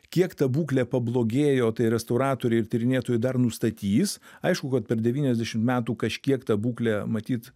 kiek ta būklė pablogėjo tai restauratoriai ir tyrinėtojai dar nustatys aišku kad per devyniasdešimt metų kažkiek ta būklė matyt